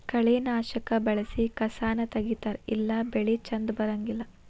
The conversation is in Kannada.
ಕಳೆನಾಶಕಾ ಬಳಸಿ ಕಸಾನ ತಗಿತಾರ ಇಲ್ಲಾ ಬೆಳಿ ಚಂದ ಬರಂಗಿಲ್ಲಾ